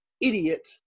idiot